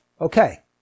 Okay